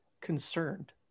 concerned